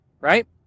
Right